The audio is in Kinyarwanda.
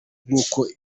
nk’uko